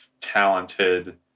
talented